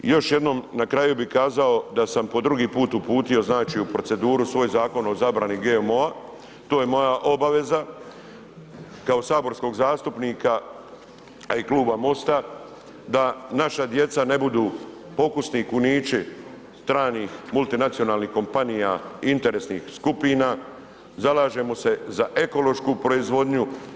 Još jednom na kraju bih kazao da sam po drugi puta uputio u proceduru svoj zakon o zabrani GMO-a, to je moja obaveza kao saborskog zastupnika, a i kluba Most-a da naša djeca ne budu pokusni kunići trajnih multinacionalnih kompanija, interesnih skupina, zalažemo se za ekološku proizvodnju.